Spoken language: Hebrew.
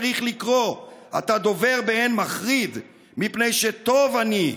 / צריך לקרוא: 'אתה דובר באין מחריד / מפני שטוב אני...